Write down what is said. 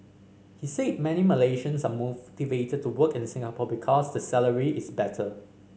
he said many Malaysians are to work in Singapore because the salary is better